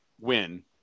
win